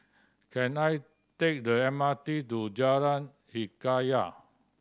can I take the M R T to Jalan Hikayat